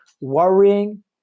worrying